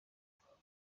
twabana